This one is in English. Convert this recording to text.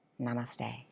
Namaste